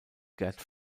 gert